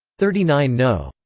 thirty nine no.